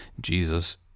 Jesus